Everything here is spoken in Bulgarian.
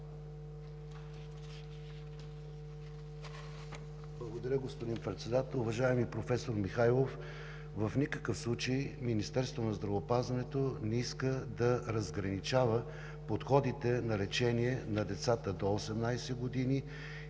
Благодаря, господин Председател. Уважаеми професор Михайлов, в никакъв случай Министерството на здравеопазването не иска да разграничава подходите при лечение на децата до 18 години